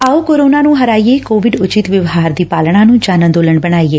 ਆਓ ਕੋਰੋਨਾ ਨੰ ਹਰਾਈਏ ਕੋਵਿਡ ਉਚਿਤ ਵਿਵਹਾਰ ਦੀ ਪਾਲਣਾ ਨੂੰ ਜਨ ਅੰਦੋਲਨ ਬਣਾਈਏ